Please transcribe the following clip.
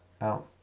out